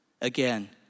Again